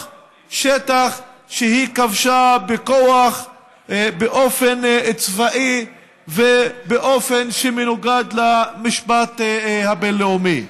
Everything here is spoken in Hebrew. שטח שהיא כבשה בכוח באופן צבאי ובאופן שמנוגד למשפט הבין-לאומי.